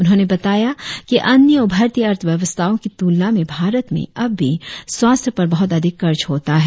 उन्होंने बताया कि अन्य उभरती अर्थव्यवस्थाओं की तुलना में भारत में अब भी स्वाथ्य पर बहुत अधिक खर्च होता है